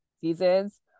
seasons